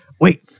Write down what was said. Wait